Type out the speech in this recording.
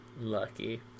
Lucky